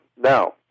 Now